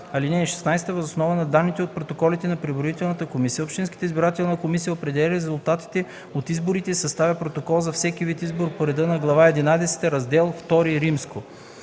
и 242. (16) Въз основа на данните от протоколите на преброителната комисия общинската избирателна комисия определя резултатите от изборите и съставя протокол за всеки вид избор по реда на Глава единадесета, Раздел